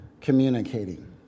communicating